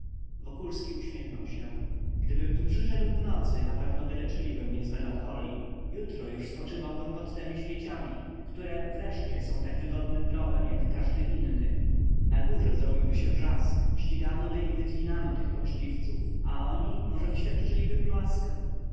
gościowi wokulski uśmiechnął się gdybym tu przyszedł w nocy napewno wyleczyliby mnie z melancholii jutro już spoczywałbym pod temi śmieciami które wreszcie są tak wygodnym grobem jak każdy inny na górze zrobiłby się wrzask ściganoby i wyklinano tych poczciwców a oni może wyświadczyliby mi łaskę